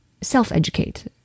self-educate